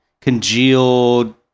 congealed